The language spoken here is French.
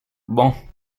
bon